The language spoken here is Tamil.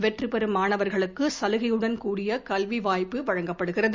வெற்றி பெறும் மாணவர்களுக்கு சலுகையுடன் கூடிய கல்வி வாய்ப்பு வழங்கப்படுகிறது